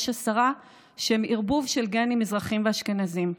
יש עשרה שהם ערבוב של גנים מזרחיים ואשכנזיים,